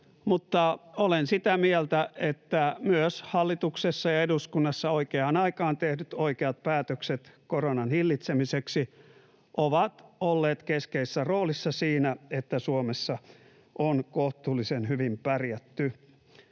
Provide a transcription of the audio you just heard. Mutta olen sitä mieltä, että myös hallituksessa ja eduskunnassa oikeaan aikaan tehdyt oikeat päätökset koronan hillitsemiseksi ovat olleet keskeisessä roolissa siinä, että Suomessa on kohtuullisen hyvin pärjätty.